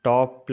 Top